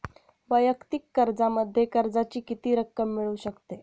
वैयक्तिक कर्जामध्ये कर्जाची किती रक्कम मिळू शकते?